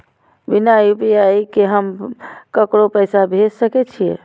बिना यू.पी.आई के हम ककरो पैसा भेज सके छिए?